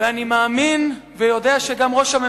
ואנחנו עדיין עוברים שבוע קשה.